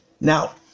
Now